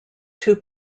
two